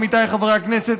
עמיתיי חברי הכנסת,